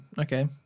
Okay